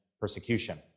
persecution